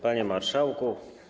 Panie Marszałku!